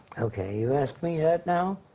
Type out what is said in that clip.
ok, you ask me that now?